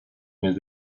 mes